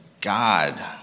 God